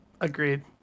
Agreed